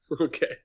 Okay